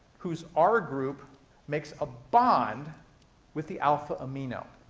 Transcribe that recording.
whose r group makes a bond with the alpha amino.